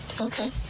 Okay